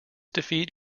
defeat